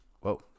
Whoa